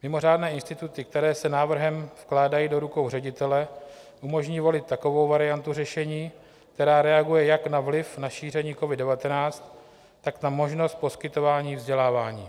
Mimořádné instituty, které se návrhem vkládají do rukou ředitele, umožní volit takovou variantu řešení, která reaguje jak na vliv, na šíření covid19, tak na možnost poskytování vzdělávání.